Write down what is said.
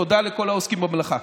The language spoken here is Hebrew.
תודה לכל העוסקים במלאכה.